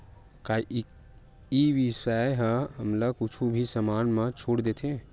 का ई व्यवसाय ह हमला कुछु भी समान मा छुट देथे?